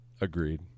Agreed